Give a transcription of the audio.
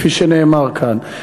כפי שנאמר כאן.